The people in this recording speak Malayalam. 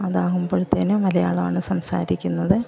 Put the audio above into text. അതാകുമ്പോഴത്തേനും മലയാളമാണ് സംസാരിക്കുന്നത്